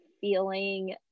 feeling